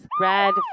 Red